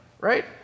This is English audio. Right